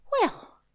Well